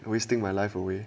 wasting my life away